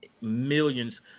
millions